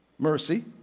mercy